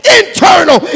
internal